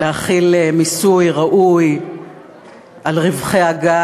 להחיל מיסוי ראוי על רווחי הגז.